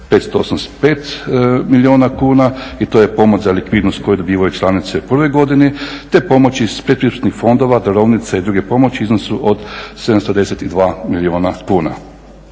585 milijuna kuna i to je pomoć za likvidnost koju dobivaju članice u prvoj godini te pomoći iz predpristupnih fondova, darovnica i druge pomoći u iznosu od … /Govornik